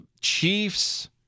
Chiefs